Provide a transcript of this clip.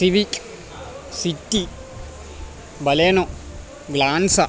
civics City Baleno Glanza